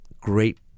great